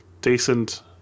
decent